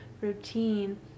routine